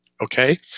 okay